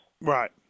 Right